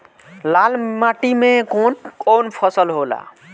लाल माटी मे कवन कवन फसल होला?